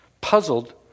Puzzled